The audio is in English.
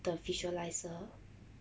the visualiser